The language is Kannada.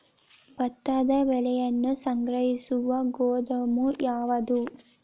ಭತ್ತದ ಬೆಳೆಯನ್ನು ಸಂಗ್ರಹಿಸುವ ಗೋದಾಮು ಯಾವದು?